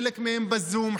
חלק מהם יהיו בזום,